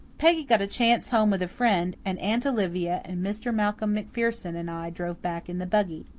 peggy got a chance home with a friend, and aunt olivia and mr. malcolm macpherson and i drove back in the buggy.